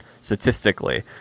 statistically